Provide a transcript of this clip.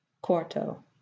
Quarto